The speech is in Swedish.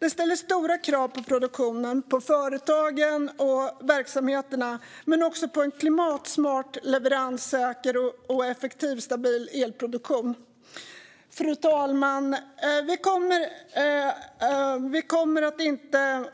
Det ställer stora krav på produktionen, på företagen och på verksamheterna, men också på en klimatsmart, leveranssäker och effektstabil elproduktion. Fru talman! Vi kommer inte att